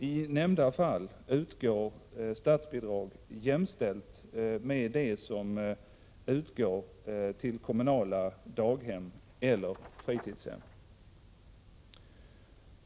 I nämnda fall utgår statsbidrag jämställt med det som utgår till kommunala daghem eller fritidshem.